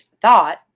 thought